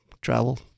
travel